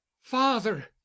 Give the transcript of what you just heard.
father